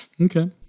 Okay